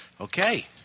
Okay